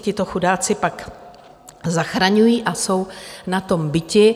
Ti to chudáci pak zachraňují a jsou na tom biti.